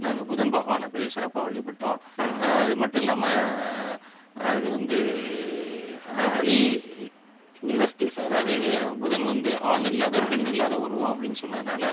நாங்கள் புதன் பகவானை போய் சிறப்பாக வழிபட்டோம் அதுமட்டும் இல்லாமல் அது வந்து அலி நிவர்த்தி அதாவது புதன் வந்து ஆணும் இல்லாத பெண்ணும் இல்லாத உருவம் அப்படின்னு சொன்னதினால